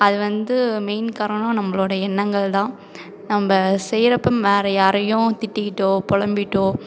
அது வந்து மெயின் காரணம் நம்மளோட எண்ணங்கள் தான் நம்ம செய்கிறப்ப வேற யாரையும் திட்டிக்கிட்டோ பொழம்பிட்டோ